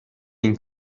این